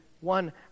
one